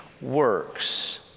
works